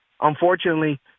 Unfortunately